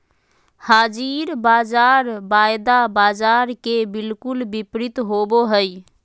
हाज़िर बाज़ार वायदा बाजार के बिलकुल विपरीत होबो हइ